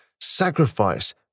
sacrifice